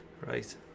Right